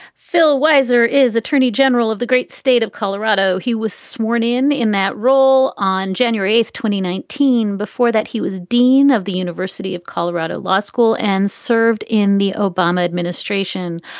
phil wiser is attorney general of the great state of colorado. he was sworn in in that role on january twenty nineteen. before that, he was dean of the university of colorado law school and served in the obama administration.